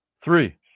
Three